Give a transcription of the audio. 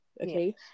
okay